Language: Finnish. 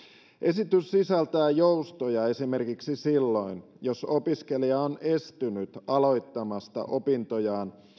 esitys sisältää joustoja esimerkiksi silloin jos opiskelija on estynyt aloittamasta opintojaan